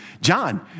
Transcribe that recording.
John